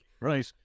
Right